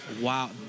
Wow